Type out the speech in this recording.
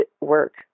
work